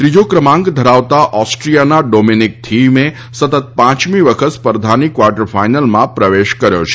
ત્રીજો ક્રમાંક ધરાવતા ઓસ્ટ્રીયાના ડોમીનીક થીએમે સતત પાંચમી વખત સ્પર્ધાની ક્વાર્ટર ફાઈનલમાં પ્રવેશ કર્યો છે